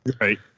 right